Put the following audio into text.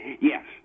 Yes